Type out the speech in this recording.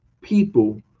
people